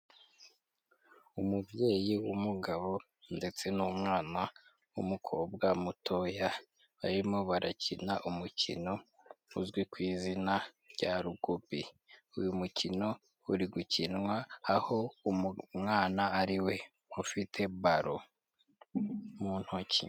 Umubyeyi w'umugabo ndetse n'umwana w'umukobwa mutoya barimo barakina umukino uzwi ku izina rya rugubi, uyu mukino uri gukinwa aho umwana ariwe ufite balo mu ntoki.